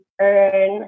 earn